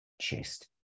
chest